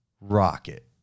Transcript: rocket